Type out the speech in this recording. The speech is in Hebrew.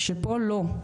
שפה לא.